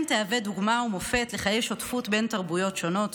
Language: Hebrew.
תהווה דוגמה ומופת לחיי שותפות בין תרבויות שונות,